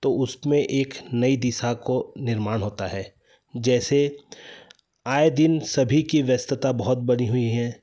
तो उसमें एक नई दिशा को निर्माण होता है जैसे आए दिन सभी की व्यस्तता बहुत बढ़ी हुई है